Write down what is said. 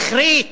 זכרית,